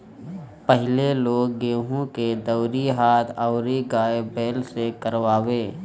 पहिले लोग गेंहू के दवरी हाथ अउरी गाय बैल से करवावे